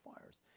fires